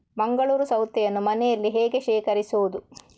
ಮಂಗಳೂರು ಸೌತೆಯನ್ನು ಮನೆಯಲ್ಲಿ ಹೇಗೆ ಶೇಖರಿಸುವುದು?